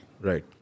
Right